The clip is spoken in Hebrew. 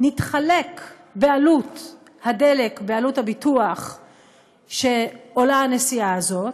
נתחלק בעלות הדלק ובעלות הביטוח שעולה הנסיעה הזאת,